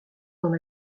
dans